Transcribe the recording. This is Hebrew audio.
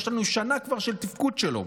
יש לנו כבר שנה של תפקוד שלו,